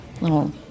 little